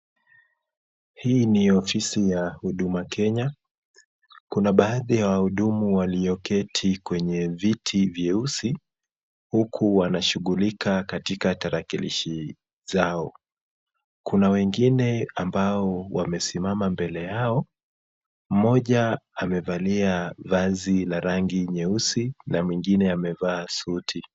Hii ni ofisi ya Huduma Kenya, kuna baadhi ya wahudumu walioketi kwenye viti vyeusi huku wanashughulika katika tarakilishi zao, kuna wengine ambao wamesimama mbele yao, mmoja amevalia vazi la rangi nyeusi na mwingine amevaa suti.